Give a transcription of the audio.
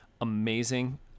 amazing